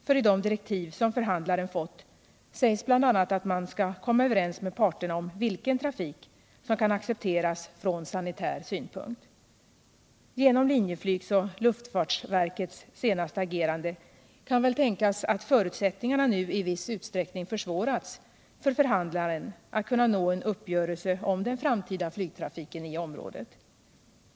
För i de direktiv som förhandlaren fått sägs bl.a. att man skall komma överens med parterna om vilken trafik som kan accepteras från sanitär synpunkt. Genom Linjeflygs och luftfartsverkets senaste agerande kan väl tänkas att förutsättningarna nu i viss utsträckning försvårats för förhandlaren att kunna nå en uppgörelse om den framtida flygtrafiken i området.